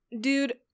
Dude